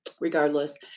regardless